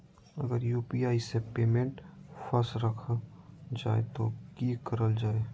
अगर यू.पी.आई से पेमेंट फस रखा जाए तो की करल जाए?